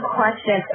question